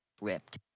ripped